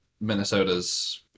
Minnesota's